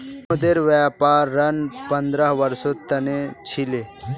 विनोदेर व्यापार ऋण पंद्रह वर्षेर त न छिले